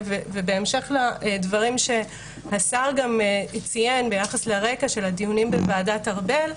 ובהמשך לדברים שהשר גם ציין ביחס לרקע של הדיונים בוועדת ארבל,